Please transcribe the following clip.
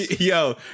Yo